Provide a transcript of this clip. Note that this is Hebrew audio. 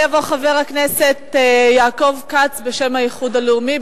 יעלה ויבוא חבר הכנסת יעקב כץ, בשם האיחוד הלאומי.